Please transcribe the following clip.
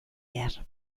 behar